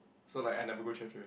so like I never go church again